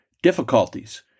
Difficulties